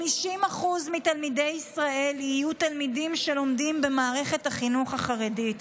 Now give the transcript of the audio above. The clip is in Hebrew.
50% מתלמידי ישראל יהיו תלמידים שלומדים במערכת החינוך החרדית.